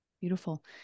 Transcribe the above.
Beautiful